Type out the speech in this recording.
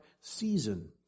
season